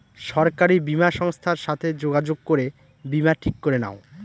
সরকারি বীমা সংস্থার সাথে যোগাযোগ করে বীমা ঠিক করে নাও